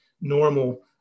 normal